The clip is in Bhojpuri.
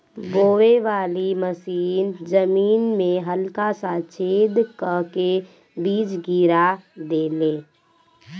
बोवे वाली मशीन जमीन में हल्का सा छेद क के बीज गिरा देले